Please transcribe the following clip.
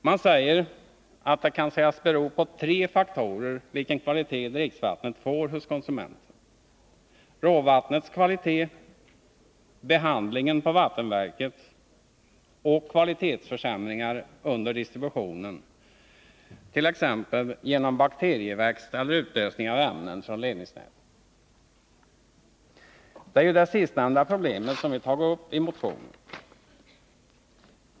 Man säger att det kan sägas bero på tre faktorer vilken kvalitet dricksvattnet får hos konsumenten: råvattnets kvalitet, behandlingen vid vattenverket och kvalitetsförsämringar under distributionen, t.ex. genom bakterieväxt eller utlösning av ämnen från ledningsnätet. Det är det sistnämnda problemet som vi tagit upp i motionen.